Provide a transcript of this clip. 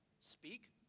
speak